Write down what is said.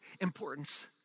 importance